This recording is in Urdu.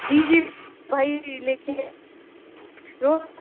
جی جی بھائی لے کے روز